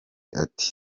ati